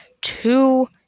two